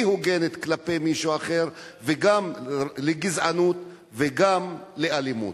הוגנת כלפי מישהו אחר וגם לגזענות וגם לאלימות.